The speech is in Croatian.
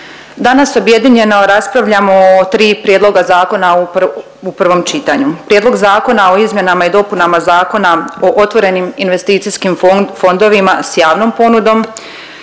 danas objedinjeno raspravljamo o tri prijedloga zakona u prvom čitanju. Prijedlog Zakona o izmjenama i dopunama Zakona o otvorenim investicijskim fondovima s javnom ponudom,